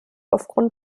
aufgrund